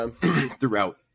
throughout